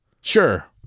Sure